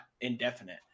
indefinite